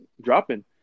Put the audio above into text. dropping